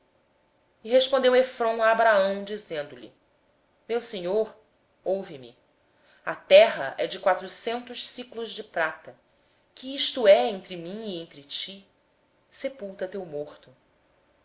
respondeu efrom a abraão meu senhor ouve me um terreno do valor de quatrocentos siclos de prata que é isto entre mim e ti sepulta pois o teu morto